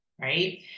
right